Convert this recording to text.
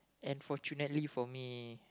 and fortunately for me